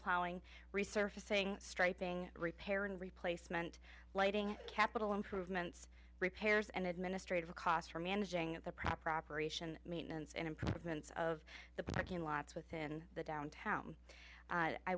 plowing resurfacing striping repair and replacement lighting capital improvements repairs and administrative costs for managing the proper operation maintenance and improvements of the parking lots within the downtown